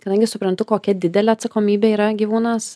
kadangi suprantu kokia didelė atsakomybė yra gyvūnas